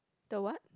the what